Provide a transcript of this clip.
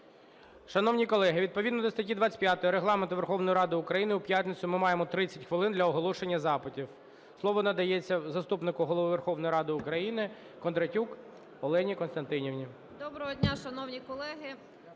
Доброго дня, шановні колеги!